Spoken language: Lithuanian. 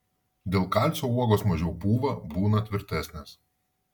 dėl kalcio uogos mažiau pūva būna tvirtesnės